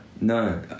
no